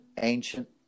ancient